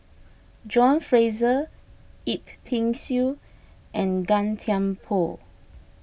John Fraser Yip Pin Xiu and Gan Thiam Poh